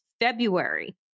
February